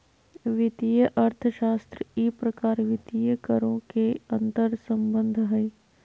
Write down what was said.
वित्तीय अर्थशास्त्र ई प्रकार वित्तीय करों के अंतर्संबंध हइ